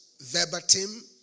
verbatim